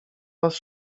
was